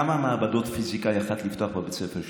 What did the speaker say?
כמה מעבדות פיזיקה יכולת לפתוח בבית הספר שלך?